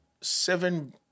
seven